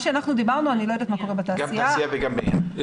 אדני לא יודעת מה קורה בתעשייה --- גם תעשייה וגם בנייה.